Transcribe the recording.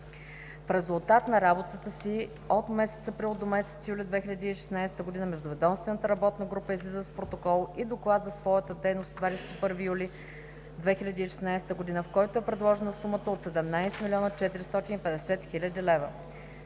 В резултат на работата си от месец април до месец юли 2016 г. междуведомствената работна група излиза с протокол и доклад за своята дейност от 21 юли 2016 г., в който е предложена сумата от 17 млн. 450 хил. лв.